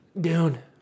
Dune